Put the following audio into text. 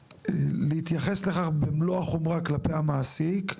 להתייחס לכך במלוא החומרה כלפי המעסיק,